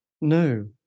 No